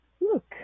look